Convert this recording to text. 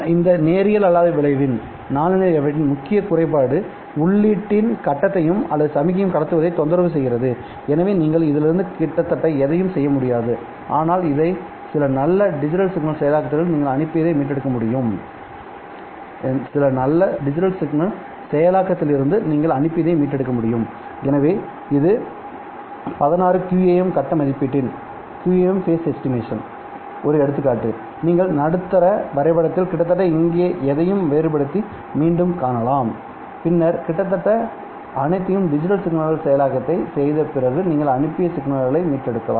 இந்த நேரியல் அல்லாத விளைவின் முக்கிய குறைபாடு உள்ளீட்டின் கட்டத்தையும் அல்லது சமிக்ஞை கடத்துவதையும் தொந்தரவு செய்கிறது எனவே நீங்கள் இதிலிருந்து கிட்டத்தட்ட எதையும் செய்ய முடியாது ஆனால் இதை சில நல்ல டிஜிட்டல் சிக்னல் செயலாக்கத்திலிருந்து நீங்கள் அனுப்பியதை மீட்டெடுக்க முடியும் எனவே இது 16 QAM கட்ட மதிப்பீட்டின் ஒரு எடுத்துக்காட்டு நீங்கள் நடுத்தர வரைபடத்தில் கிட்டத்தட்ட இங்கே எதையும் வேறுபடுத்தி மீண்டும் காணலாம் பின்னர் கிட்டத்தட்ட அனைத்தையும் டிஜிட்டல் சிக்னல் செயலாக்கத்தை செய்த பிறகு நீங்கள் அனுப்பிய சின்னங்களை மீட்டெடுக்கலாம்